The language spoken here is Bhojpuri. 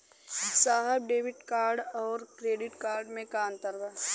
साहब डेबिट कार्ड और क्रेडिट कार्ड में का अंतर बा?